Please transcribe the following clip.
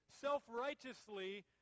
self-righteously